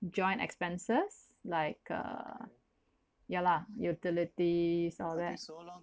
joint expenses like uh ya lah utilities all that